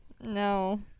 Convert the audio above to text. No